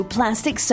Plastic